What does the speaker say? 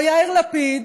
או יאיר לפיד,